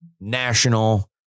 national